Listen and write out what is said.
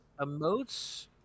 emotes